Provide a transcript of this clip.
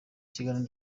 kiganiro